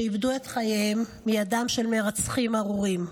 שאיבדו את חייהם מידם של מרצחים ארורים,